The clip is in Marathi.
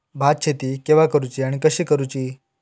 भात शेती केवा करूची आणि कशी करुची?